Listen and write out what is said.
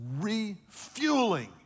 refueling